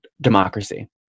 democracy